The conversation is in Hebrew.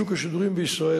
שוק השידורים בישראל,